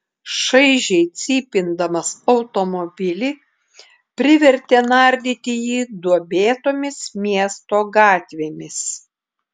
šaižiai cypindamas automobilį privertė nardyti jį duobėtomis miesto gatvėmis